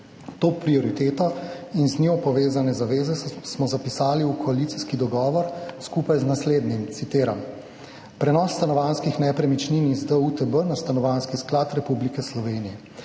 To prioriteto in z njo povezane zaveze smo zapisali v koalicijski dogovor skupaj z naslednjim, citiram: »Prenos stanovanjskih nepremičnin iz DUTB na Stanovanjski sklad Republike Slovenije.